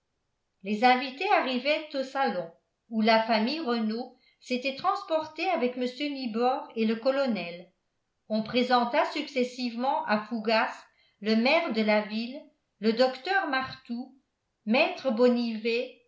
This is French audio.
les invités arrivaient au salon où la famille renault s'était transportée avec mr nibor et le colonel on présenta successivement à fougas le maire de la ville le docteur martout maître bonnivet